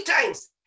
times